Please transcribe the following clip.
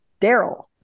Daryl